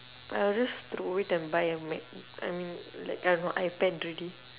I'll just throw it and buy a mac~ um like I have my ipad already